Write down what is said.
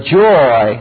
joy